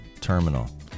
terminal